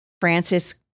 Francis